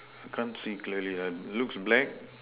can't see clearly lah looks black